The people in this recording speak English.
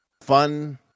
fun